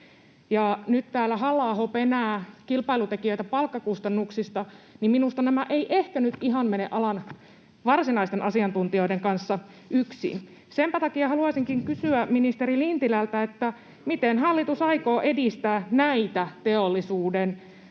kun täällä Halla-aho penää kilpailutekijöitä palkkakustannuksista, niin minusta tämä ei ehkä nyt ihan mene alan varsinaisten asiantuntijoiden kanssa yksiin. Senpä takia haluaisinkin kysyä ministeri Lintilältä: miten hallitus aikoo edistää näitä teollisuuden tarpeita